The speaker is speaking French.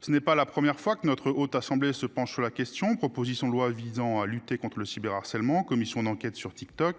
Ce n'est pas la première fois que notre haute assemblée se penche sur la question. Proposition de loi visant à lutter contre le cyber-harcèlement, commission d'enquête sur TikTok,